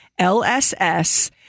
LSS